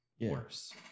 worse